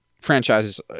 franchises